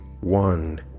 one